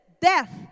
death